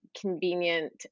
convenient